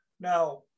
Now